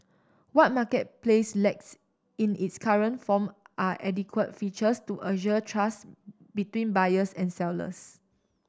what marketplace lacks in its current form are adequate features to assure trust between buyers and sellers